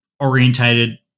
orientated